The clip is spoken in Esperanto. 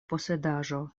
posedaĵo